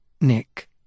Nick